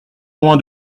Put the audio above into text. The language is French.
loin